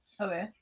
Okay